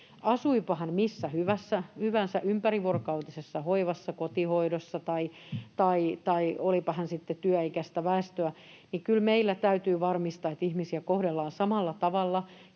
asuipa hän missä hyvänsä, ympärivuorokautisessa hoivassa, kotihoidossa tai olipa hän sitten työikäistä väestöä — meidän täytyy kyllä varmistaa, että ihmisiä kohdellaan samalla tavalla